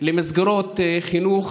ולמסגרות חינוך,